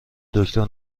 دکتر